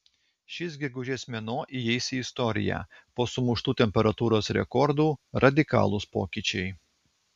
šis gegužės mėnuo įeis į istoriją po sumuštų temperatūros rekordų radikalūs pokyčiai